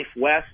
West